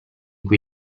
cui